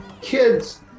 Kids